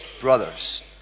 brothers